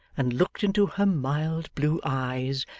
and looked into her mild blue eyes,